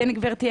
כן גברתי,